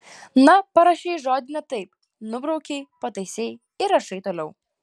na parašei žodį ne taip nubraukei pataisei ir rašai toliau